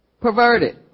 perverted